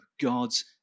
God's